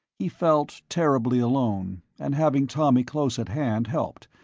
he felt terribly alone, and having tommy close at hand helped,